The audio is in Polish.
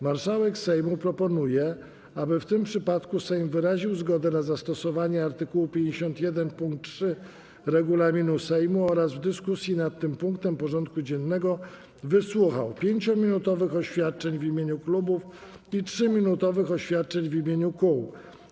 Marszałek Sejmu proponuje, aby w tym przypadku Sejm wyraził zgodę na zastosowanie art. 51 pkt 3 regulaminu Sejmu oraz w dyskusji nad tym punktem porządku dziennego wysłuchał 5-minutowych oświadczeń w imieniu klubów i 3-minutowych oświadczeń w imieniu kół.